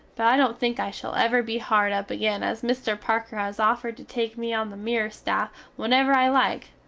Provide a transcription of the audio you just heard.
but i dont think i shall ever be hard up again as mister parker has ofered to take me on the mirror staff whenever i like,